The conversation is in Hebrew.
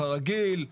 כרגיל.